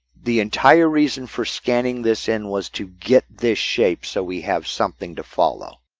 the entire reason for scanning this in was to get this shape, so we have something to follow.